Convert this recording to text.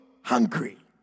Hungry